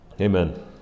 Amen